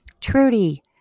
Trudy